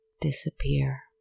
disappear